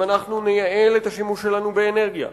אם אנחנו נייעל את השימוש שלנו באנרגיה,